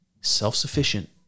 self-sufficient